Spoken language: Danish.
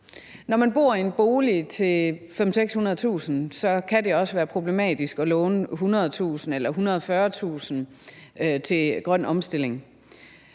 Når man bor i en bolig til 500.000-600.000 kr., kan det også være problematisk at låne 100.000 kr. eller 140.000 kr. til grøn omstilling.